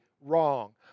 wrong